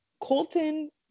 Colton